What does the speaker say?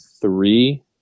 three